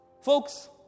Folks